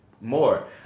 more